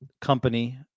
company